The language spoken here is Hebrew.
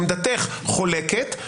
עמדתך חולקת.